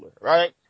right